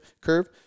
curve